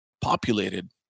populated